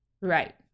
right